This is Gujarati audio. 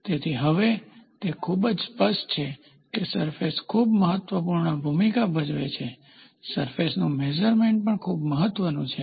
તેથી હવે તે ખૂબ જ સ્પષ્ટ છે કે સરફેસ ખૂબ મહત્વપૂર્ણ ભૂમિકા ભજવે છે સરફેસનું મેઝરમેન્ટ પણ ખૂબ મહત્વનું છે